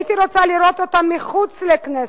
הייתי רוצה לראות אותה מחוץ לכנסת,